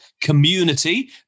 Community